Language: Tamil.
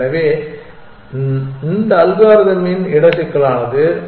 எனவே இந்த அல்காரிதமின் இட சிக்கலானது என்ன